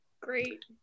Great